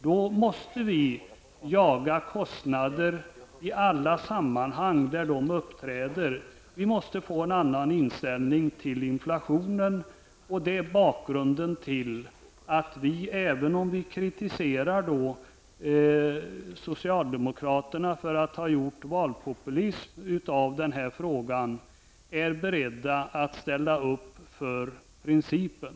Vi måste då jaga kostnader i alla sammanhang där de uppträder. Vi måste få en annan inställning till inflationen. Det är bakgrunden till att vi -- även om vi kritiserar socialdemokraterna för att de av denna fråga gjort valpopulism -- är beredda att ställa upp för principen.